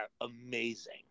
amazing